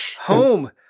Home